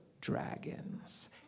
dragons